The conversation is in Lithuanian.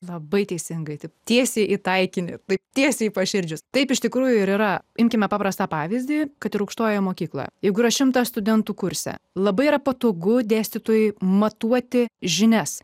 labai teisingai taip tiesiai į taikinį taip tiesiai į paširdžius taip iš tikrųjų yra imkime paprastą pavyzdį kad ir aukštojoje mokykloje jeigu ras šimtą studentų kurse labai patogu dėstytojui matuoti žinias